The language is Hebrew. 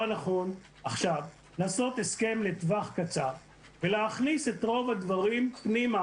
עכשיו הוא לעשות הסכם לטווח קצר ולהכניס את רוב הדברים פנימה,